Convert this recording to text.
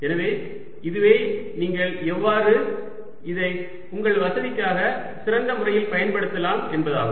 எனவே இதுவே நீங்கள் எவ்வாறு இதை உங்கள் வசதிக்காக சிறந்த முறையில் பயன்படுத்தலாம் என்பதாகும்